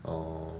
orh